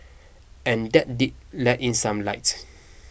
and that did let in some light